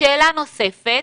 שאלה נוספת: